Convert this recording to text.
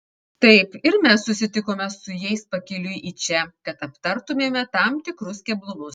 taip ir mes susitikome su jais pakeliui į čia kad aptartumėme tam tikrus keblumus